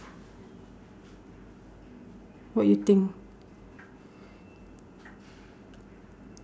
what you think